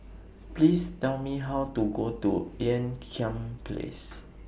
Please Tell Me How to Go to Ean Kiam Place